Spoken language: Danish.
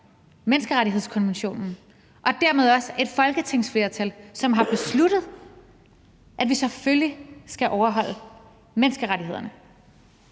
menneskerettighedskonventionen, og at det dermed også er et folketingsflertal, som har besluttet, at vi selvfølgelig skal overholde menneskerettighederne?